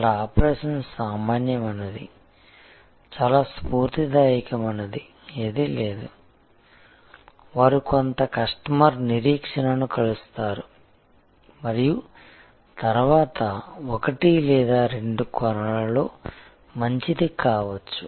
ఇక్కడ ఆపరేషన్ సామాన్యమైనది చాలా స్ఫూర్తిదాయకమైనది ఏదీ లేదు వారు కొంత కస్టమర్ నిరీక్షణను కలుస్తారు మరియు తరువాత ఒకటి లేదా రెండు కోణాలలో మంచిది కావచ్చు